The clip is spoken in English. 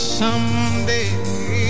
someday